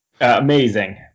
Amazing